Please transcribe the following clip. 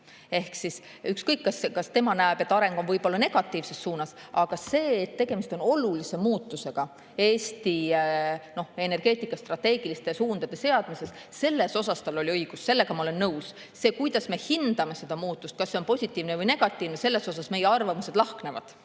Ehk ükskõik, kas ta näeb, et areng on negatiivses suunas, aga selles, et tegemist on olulise muutusega Eesti energeetika strateegiliste suundade seadmiseks, tal oli õigus. Sellega ma olen nõus. Selles, kuidas me hindame seda muutust, kas see on positiivne või negatiivne, meie arvamused lahknevad.